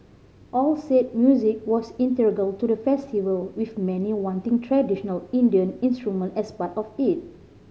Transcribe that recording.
all said music was integral to the festival with many wanting traditional Indian instrument as part of it